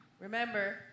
Remember